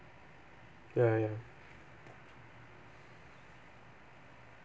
ya ya